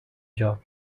job